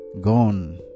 Gone